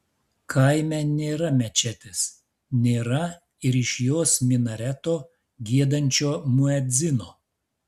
kaime nėra mečetės nėra ir iš jos minareto giedančio muedzino